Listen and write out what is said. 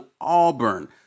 auburn